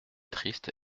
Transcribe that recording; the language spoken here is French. triste